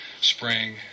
spring